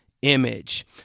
Image